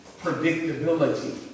predictability